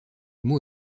mot